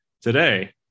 today